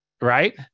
right